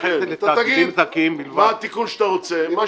תגיד לי מה התיקון שאתה רוצה --- אנחנו